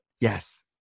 Yes